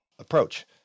approach